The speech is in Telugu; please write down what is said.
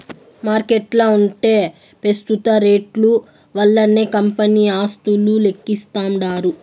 మార్కెట్ల ఉంటే పెస్తుత రేట్లు వల్లనే కంపెనీ ఆస్తులు లెక్కిస్తాండారు